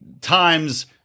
times